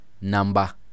number